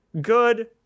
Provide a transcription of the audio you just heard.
Good